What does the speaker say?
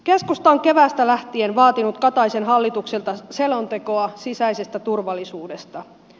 keskusta on keväästä lähtien vaatinut kataisen hallitukselta selontekoa sisäisestä turvallisuudesta